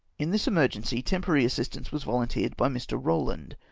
in this emergency, temporary assistance was volunteered by mr. rouand,